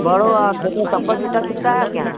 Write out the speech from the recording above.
बड़ों और छोटों चप्पल जूता बिकता है आपके यहाँ